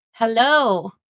Hello